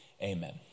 amen